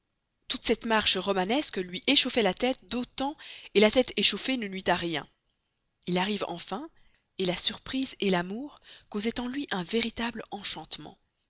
toute cette marche romanesque lui échauffait la tête d'autant la tête échauffée ne nuit à rien il arrive enfin la surprise l'amour causaient en lui un véritable enchantement